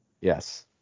Yes